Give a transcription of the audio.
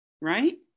Right